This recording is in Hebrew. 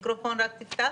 בבקשה.